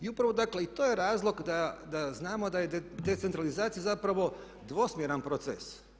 I upravo dakle i to je razlog da znamo da je decentralizacija zapravo dvosmjeran proces.